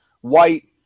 White